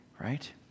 right